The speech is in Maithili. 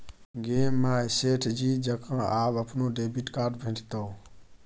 गे माय सेठ जी जकां आब अपनो डेबिट कार्ड भेटितौ